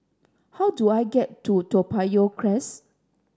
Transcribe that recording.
how do I get to Toa Payoh Crest